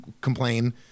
complain